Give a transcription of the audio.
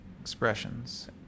Expressions